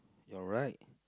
you're right